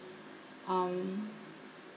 um